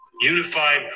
unified